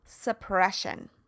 suppression